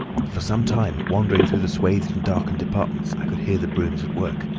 for some time, wandering through the swathed and darkened departments, i could hear the brooms at work.